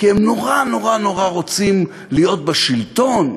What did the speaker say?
כי הם נורא נורא נורא רוצים להיות בשלטון,